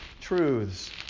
truths